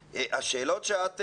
השאלות שאת מזכירה,